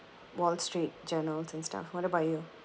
wall street journals and stuff what about you